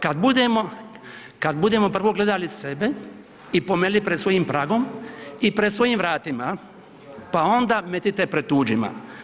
Kad budemo, kad budemo prvo gledali sebe i pomeli pred svojim pragom i pred svojim vratima, pa onda metite pred tuđima.